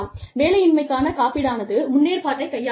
வேலையின்மைக்கான காப்பீடானது முன்னேற்பாட்டைக் கையாளுகிறது